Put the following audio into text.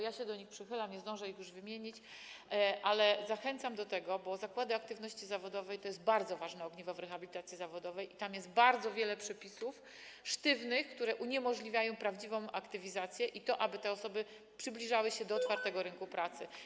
Ja się do nich przychylam, nie zdążę ich już wymienić, ale zachęcam do tego, bo zakłady aktywności zawodowej to jest bardzo ważne ogniwo w rehabilitacji zawodowej i tam jest bardzo wiele przepisów sztywnych, które uniemożliwiają prawdziwą aktywizację i to, aby te osoby przybliżały się do otwartego rynku pracy.